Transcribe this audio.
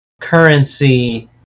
currency